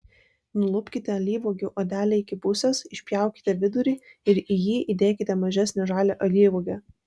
nulupkite alyvuogių odelę iki pusės išpjaukite vidurį ir į jį įdėkite mažesnę žalią alyvuogę